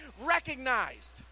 recognized